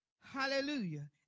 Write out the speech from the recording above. hallelujah